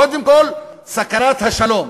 קודם כול, סכנת השלום.